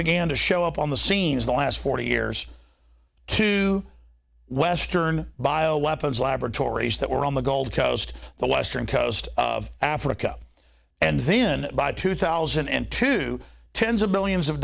began to show up on the scene as the last forty years to western bio weapons laboratories that were on the gold coast the western coast of africa and then by two thousand and two tens of millions of